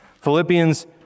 Philippians